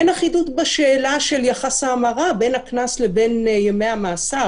אין אחידות בשאלה של יחס ההמרה בין הקנס ובין ימי המאסר.